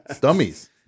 dummies